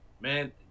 man